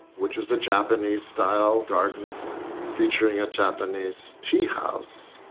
which is the japanese-style garden featuring a japanese teahouse.